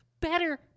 better